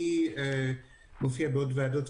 אני מופיע בעוד ועדות,